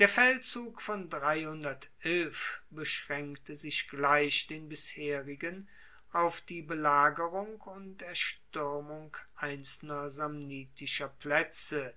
der feldzug von beschraenkte sich gleich den bisherigen auf die belagerung und erstuermung einzelner samnitischer plaetze